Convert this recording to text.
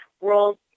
world